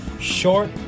Short